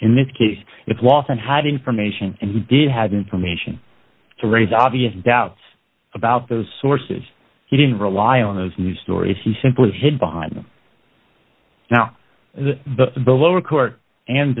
in this case it's lawson had information and he did have information to raise obvious doubts about those sources he didn't rely on those news stories he simply hid behind them now and the below are court and